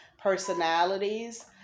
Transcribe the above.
personalities